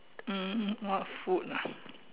um what food ah